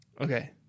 Okay